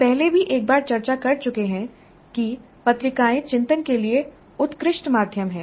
हम पहले भी एक बार चर्चा कर चुके हैं कि पत्रिकाएं चिंतन के लिए उत्कृष्ट माध्यम हैं